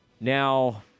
now